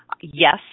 yes